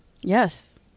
Yes